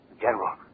General